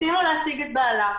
ניסינו להשיג את בעלה.